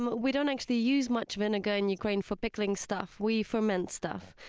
we don't actually use much vinegar in ukraine for pickling stuff. we ferment stuff,